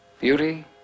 Beauty